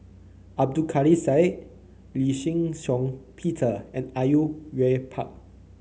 Abdul Kadir Syed Lee Shih Shiong Peter and are you Yue Pak